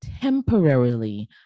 temporarily